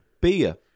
beer